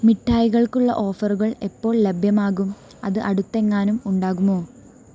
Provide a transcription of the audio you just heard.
മിഠായികൾക്കുള്ള ഓഫറുകൾ എപ്പോൾ ലഭ്യമാകും അത് അടുത്തെങ്ങാനും ഉണ്ടാകുമോ